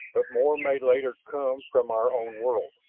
but more may later come from our own world.